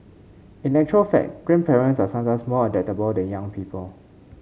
in actual fact grandparents are sometimes more adaptable than young people